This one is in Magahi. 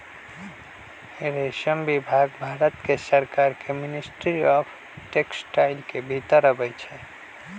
रेशम विभाग भारत सरकार के मिनिस्ट्री ऑफ टेक्सटाइल के भितर अबई छइ